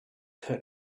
heard